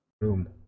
Boom